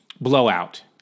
blowout